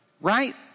right